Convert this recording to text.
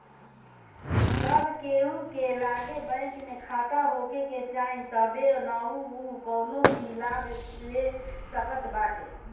सब केहू के लगे बैंक में खाता होखे के चाही तबे नअ उ कवनो भी लाभ ले सकत बाटे